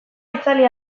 itzali